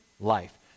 life